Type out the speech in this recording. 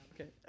okay